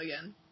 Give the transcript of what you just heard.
again